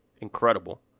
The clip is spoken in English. incredible